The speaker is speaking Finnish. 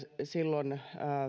silloin